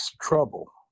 trouble